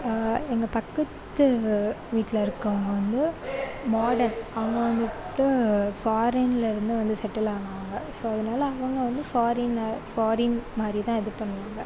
எங்கள் பக்கத்து வீட்டில் இருக்கிறவங்க வந்து மாடர்ன் அவங்க வந்துவிட்டு ஃபாரின்லேருந்து வந்து செட்டில் ஆனவங்க ஸோ அதனால் அவங்க வந்து ஃபாரினில் ஃபாரின் மாதிரி தான் இது பண்ணுவாங்க